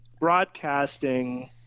broadcasting